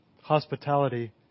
Hospitality